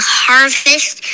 harvest